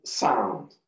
sound